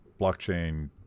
blockchain